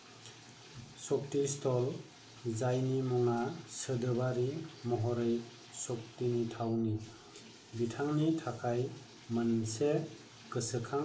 शक्ति स्थल जायनि मुङा सोदोबारि महरै शक्तिनि थावनि बिथांनि थाखाय मोनसे गोसोखां खाम्फा